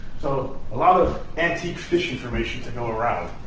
so a lot of antique fish information to go around.